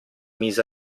mise